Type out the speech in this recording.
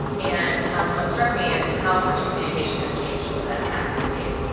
and what struck me is how much communication has changed over that past decade.